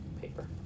paper